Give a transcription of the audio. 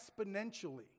exponentially